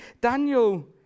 Daniel